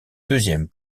deuxième